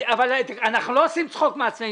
אבל אנחנו לא עושים צחוק מעצמנו.